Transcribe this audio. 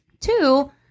Two